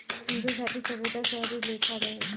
सिन्धु घाटी सभ्यता शहरी लेखा रहे